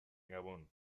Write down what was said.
gabón